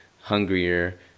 hungrier